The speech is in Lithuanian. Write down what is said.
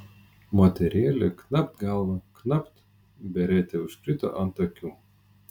moterėlė knapt galva knapt beretė užkrito ant akių